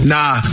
Nah